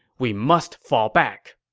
we must fall back.